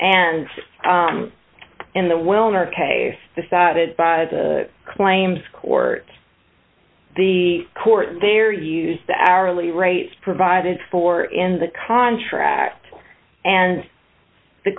and in the wilner case decided by the claims court the court there used the hourly rates provided for in the contract and the